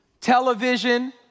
Television